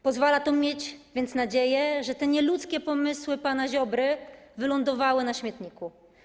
Pozwala to więc mieć nadzieję, że te nieludzkie pomysły pana Ziobry wylądowały na śmietniku.